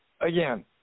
again